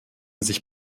sich